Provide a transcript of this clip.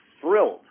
thrilled